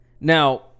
Now